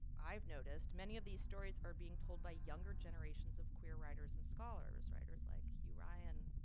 i've noticed many of these stories are being told by younger generations of queer writers and scholars writers like hugh ryan,